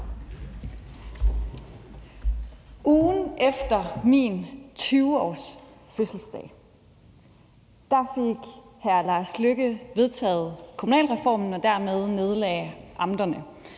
Ugen efter min 20-årsfødselsdag fik hr. Lars Løkke Rasmussen vedtaget kommunalreformen, og dermed nedlagde man amterne.